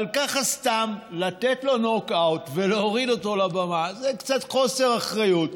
אבל ככה סתם לתת לו נוק-אאוט ולהוריד אותו מהבמה זה קצת חוסר אחריות.